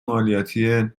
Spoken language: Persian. مالیاتی